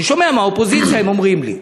אני שומע מהאופוזיציה, הם אומרים לי,